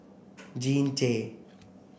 Jean Tay